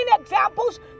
examples